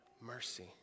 Mercy